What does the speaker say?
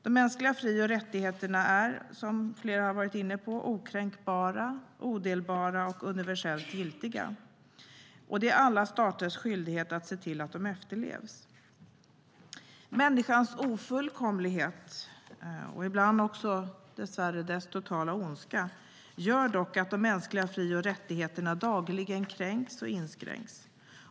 De mänskliga fri och rättigheterna är som flera har varit inne på okränkbara, odelbara och universellt giltiga. Det är alla staters skyldighet att se till att de efterlevs. Människors ofullkomlighet och ibland också dess värre deras totala ondska gör dock att de mänskliga fri och rättigheterna dagligen kränks och inskränks.